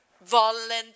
volunteer